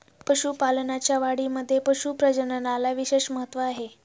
पशुपालनाच्या वाढीमध्ये पशु प्रजननाला विशेष महत्त्व आहे